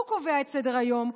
הוא קובע את סדר-היום,